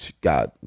God